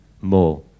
more